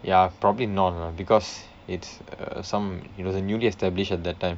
ya probably not lah because it's uh some it was uh newly established at that time